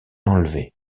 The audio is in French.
enlevés